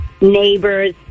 neighbors